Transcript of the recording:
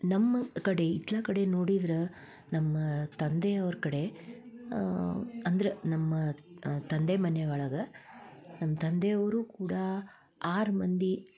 ನಮ್ಮ ಕಡೆ ಇತ್ತಲ ಕಡೆ ನೋಡಿದ್ರೆ ನಮ್ಮ ತಂದೆಯವ್ರ ಕಡೆ ಅಂದರೆ ನಮ್ಮ ತಂದೆ ಮನೆ ಒಳಗೆ ನಮ್ಮ ತಂದೆಯವರು ಕೂಡ ಆರು ಮಂದಿ